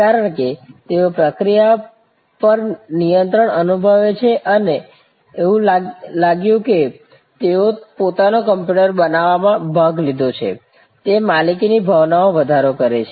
કારણ કે તેઓ પ્રક્રિયા પર નિયંત્રણ અનુભવે છે એવું લાગ્યું કે તેઓએ પોતાનું કમ્પ્યુટર બનાવવામાં ભાગ લીધો છે તે માલિકીની ભાવનામાં વધારો કરે છે